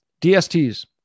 DSTs